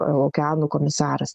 okeanų komisaras